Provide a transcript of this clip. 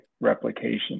replication